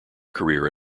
career